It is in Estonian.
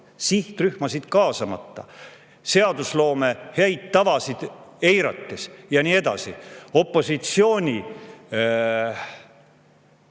sihtrühmasid kaasamata, seadusloome häid tavasid eirates ja nii edasi, opositsiooni